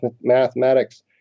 mathematics